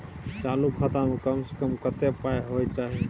चालू खाता में कम से कम कत्ते पाई होय चाही?